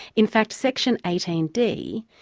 in fact, section eighteen d,